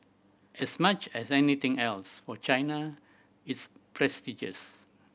as much as anything else for China it's prestigious